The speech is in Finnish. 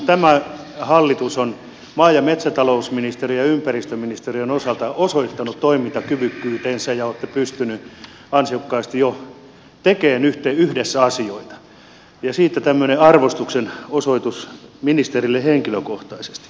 tämä hallitus on maa ja metsätalousministeriön ja ympäristöministeriön osalta osoittanut toimintakyvykkyytensä ja olette pystynyt ansiokkaasti jo tekemään yhdessä asioita ja siitä tämmöinen arvostuksen osoitus ministerille henkilökohtaisesti